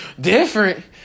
different